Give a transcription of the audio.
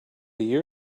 year